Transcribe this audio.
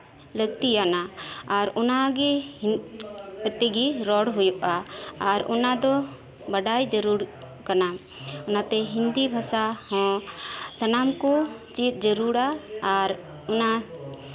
ᱞᱟᱠᱛᱤᱭᱟᱱᱟ ᱟᱨ ᱚᱱᱟ ᱜᱮ ᱦᱤᱱ ᱛᱮᱜᱮ ᱨᱚᱲ ᱦᱳᱭᱳᱜᱼᱟ ᱟᱨ ᱚᱱᱟ ᱫᱚ ᱵᱟᱰᱟᱭ ᱡᱟᱨᱩᱲ ᱠᱟᱱᱟ ᱚᱱᱟ ᱛᱮ ᱦᱤᱱᱫᱤ ᱵᱷᱟᱥᱟ ᱦᱚᱸ ᱥᱟᱱᱟᱢ ᱠᱚ ᱪᱮᱫ ᱡᱟᱨᱩᱲᱟ ᱟᱨ ᱚᱱᱟ